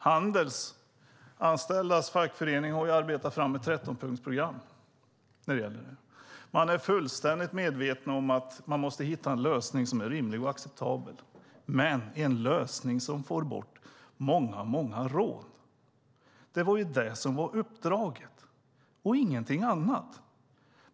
Handelsanställdas fackförening har arbetat fram ett 13-punktsprogram som gäller detta. Man är fullständigt medveten om att man måste hitta en lösning som är rimlig och acceptabel. Men det måste vara en lösning som får bort många rån. Det var uppdraget och ingenting annat.